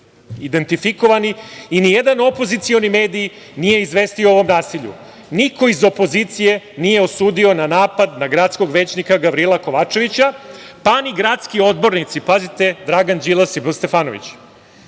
identifikovani i nijedan opozicioni mediji nije izvestio o ovom nasilju. Niko iz opozicije nije osudio na napad na gradskog većnika Gavrila Kovačevića, pa ni gradski odbornici. Pazite, Dragan Đilas i B. Stefanović. Ja